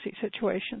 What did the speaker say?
situation